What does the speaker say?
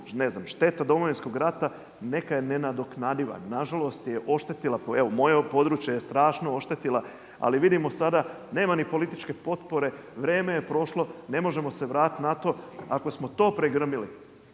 ne znam šteta Domovinskog rata neka je nenadoknadiva. Nažalost je oštetila, evo moje područje je strašno oštetila, ali vidimo sada nema ni političke potpore, vrijeme je prošlo, ne možemo se vratiti na to. Ako smo to pregrmili